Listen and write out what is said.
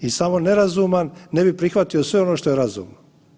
I samo nerazuman ne bi prihvatio sve ono što je razumno.